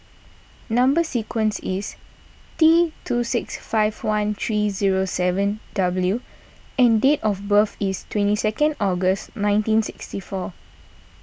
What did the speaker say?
Number Sequence is T two six five one three zero seven W and date of birth is twenty second August nineteen sixty four